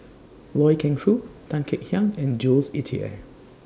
Loy Keng Foo Tan Kek Hiang and Jules Itier